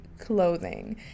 clothing